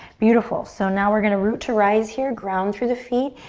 beautiful so now we're gonna root to rise here. ground through the feet.